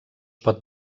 pot